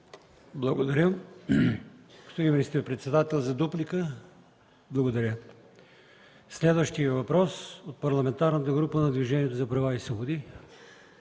Благодаря. Следващият въпрос – от Парламентарната група на Движението за права и свободи.